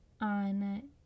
on